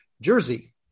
jersey